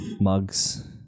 Mugs